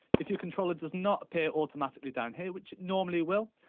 if your controller does not appear automatically down here, which it normally will,